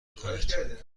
کنید